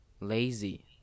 lazy